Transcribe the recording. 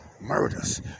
murders